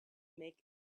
make